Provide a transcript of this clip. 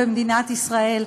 במדינת ישראל,